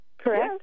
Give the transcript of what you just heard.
correct